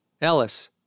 Ellis